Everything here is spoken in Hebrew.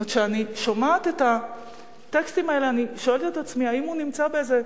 כשאני שומעת את הטקסטים האלה אני שואלת את עצמי אם הוא נמצא באיזה